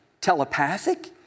telepathic